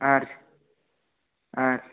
ಹಾಂ ರೀ ಹಾಂ